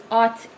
art